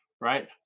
right